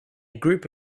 group